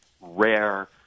Rare